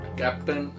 captain